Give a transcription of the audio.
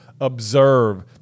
observe